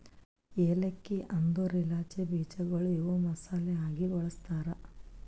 ಏಲಕ್ಕಿ ಅಂದುರ್ ಇಲಾಚಿ ಬೀಜಗೊಳ್ ಇವು ಮಸಾಲೆ ಆಗಿ ಬಳ್ಸತಾರ್